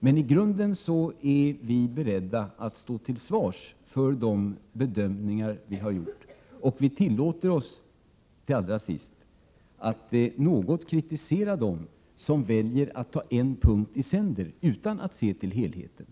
Men i grunden är vi beredda att stå till svars för de bedömningar som vi har gjort, och vi tillåter oss att något kritisera dem som väljer att ta en punkt i sänder utan att se till helheten.